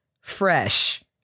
fresh